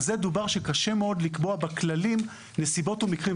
על זה דובר שקשה מאוד לקבוע בכללים נסיבות ומקרים.